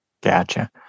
Gotcha